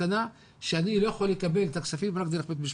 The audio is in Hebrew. למסקנה שאני יכול לקבל את הכספים רק דרך בית משפט.